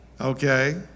Okay